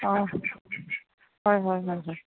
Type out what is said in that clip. অঁ হয় হয় হয় হয়